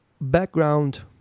background